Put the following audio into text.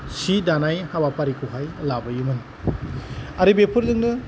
सि दानाय हाबाफारिखौहाय लाबोयोमोन आरो बेफोरजोंनो